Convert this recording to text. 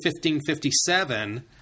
1557